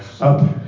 up